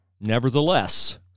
nevertheless